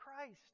Christ